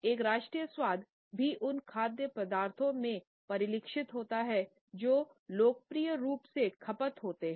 एक राष्ट्रीय स्वाद भी उन खाद्य पदार्थों में परिलक्षित होता है जो लोकप्रिय रूप से खपत होते हैं